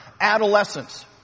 adolescence